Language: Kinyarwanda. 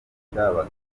yica